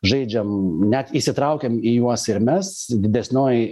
žaidžiam net įsitraukiam į juos ir mes didesnioji